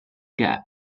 gap